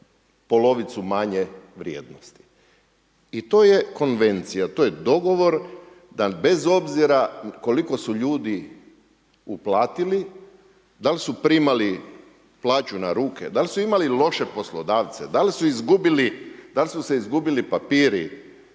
polovicu manje vrijednosti i to je konvencija, to je dogovor da bez obzira koliko su ljudi uplatili, da li su primali plaću na ruke, da li su imali loše poslodavce, da li su se izgubili papiri,